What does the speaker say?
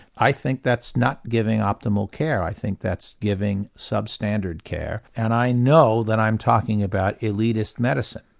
i think that's not giving optimal care, i think that's giving sub-standard care and i know that i'm talking about elitist medicine.